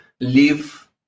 live